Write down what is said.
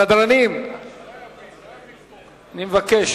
סדרנים, אני מבקש.